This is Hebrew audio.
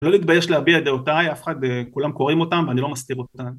לא להתבייש להביע דעותיי אף אחד כולם קוראים אותם ואני לא מסתיר אותם